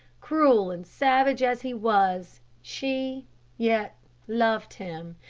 cruel and savage as he was, she yet loved him,